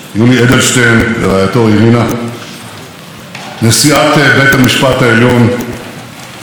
נשיאת בית המשפט העליון השופטת אסתר חיות ודוד חיות,